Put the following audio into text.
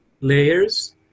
layers